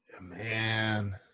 Man